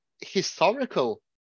historical